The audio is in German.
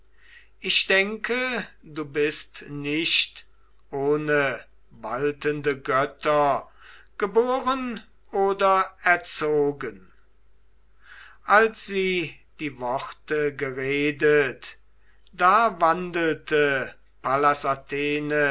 ich denke du bist nicht ohne waltende götter geboren oder erzogen als sie die worte geredet da wandelte pallas